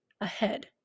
ahead